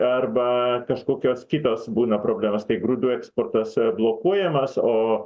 arba kažkokios kitos būna problemos tai grūdų eksportas blokuojamas o